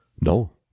No